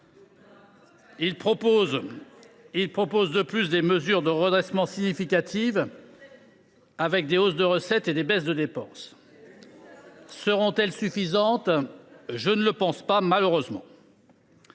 Il propose, de plus, des mesures de redressement significatives, qui s’appuient sur des hausses de recettes et des baisses de dépenses. Seront elles suffisantes ? Je ne le pense pas, malheureusement.